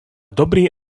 dobrý